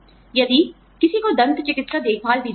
अगर किसी को दंत चिकित्सा देखभाल दी जाती है